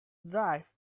drive